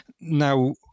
Now